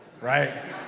right